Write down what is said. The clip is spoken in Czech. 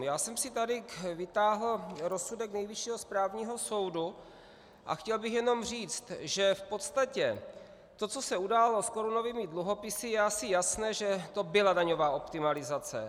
Já jsem si tady vytáhl rozsudek Nejvyššího správního soudu a chtěl bych jenom říct, že v podstatě to, co se událo s korunovými dluhopisy, je asi jasné, že to byla daňová optimalizace.